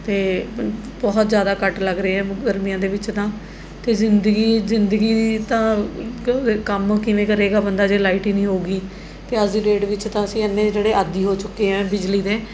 ਅਤੇ ਬਹੁਤ ਜ਼ਿਆਦਾ ਕੱਟ ਲੱਗ ਰਹੇ ਆ ਗਰਮੀਆਂ ਦੇ ਵਿੱਚ ਤਾਂ ਅਤੇ ਜ਼ਿੰਦਗੀ ਜ਼ਿੰਦਗੀ ਤਾਂ ਕ ਕੰਮ ਕਿਵੇਂ ਕਰੇਗਾ ਬੰਦਾ ਜੇ ਲਾਈਟ ਹੀ ਨਹੀਂ ਹੋਵੇਗੀ ਅਤੇ ਅੱਜ ਦੀ ਡੇਟ ਵਿੱਚ ਤਾਂ ਅਸੀਂ ਇੰਨੇ ਜਿਹੜੇ ਆਦੀ ਹੋ ਚੁੱਕੇ ਹਾਂ ਬਿਜਲੀ ਦੇ